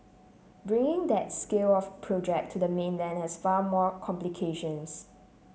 bringing that scale of project to the mainland has far more complications